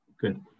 Good